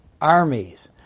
armies